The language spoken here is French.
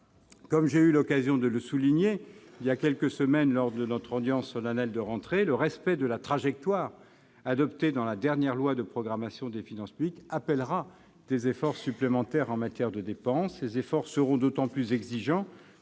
Comme j'ai eu l'occasion de le souligner voilà quelques semaines lors de notre audience solennelle de rentrée, le respect de la trajectoire adoptée dans le cadre de la dernière loi de programmation des finances publiques appellera des efforts supplémentaires en matière de dépenses. Ces efforts seront d'autant plus exigeants